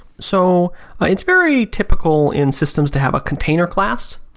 so ah it's very typical in systems to have a container class,